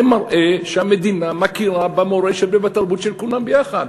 זה מראה שהמדינה מכירה במורשת ובתרבות של כולם יחד.